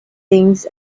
things